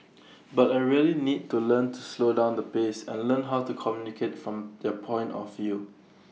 but A really need to learn to slow down the pace and learn how to communicate from their point of view